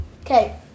Okay